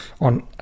on